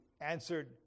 answered